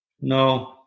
no